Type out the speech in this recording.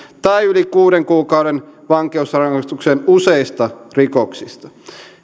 tai yli kuuden kuukauden vankeusrangaistukseen useista rikoksista